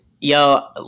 yo